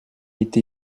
été